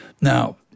Now